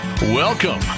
Welcome